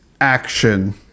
action